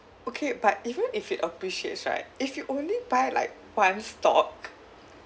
okay but even if it appreciates right if you only buy like one stock